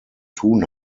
tun